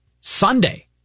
Sunday